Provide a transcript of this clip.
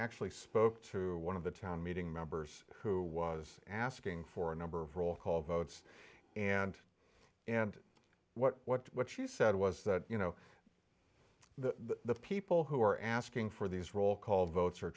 actually spoke to one of the town meeting members who was asking for a number of roll call votes and and what what what you said was you know the people who are asking for these roll call votes